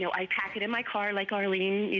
you know i pack it in my car like arlene,